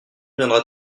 viendra